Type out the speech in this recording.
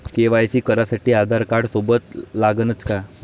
KYC करासाठी आधारकार्ड सोबत लागनच का?